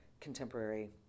contemporary